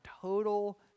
total